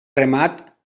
remat